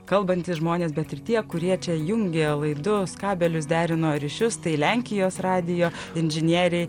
kalbantys žmonės bet ir tie kurie čia jungė laidus kabelius derino ryšius tai lenkijos radijo inžinieriai